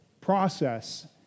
process